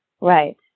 right